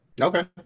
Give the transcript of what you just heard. Okay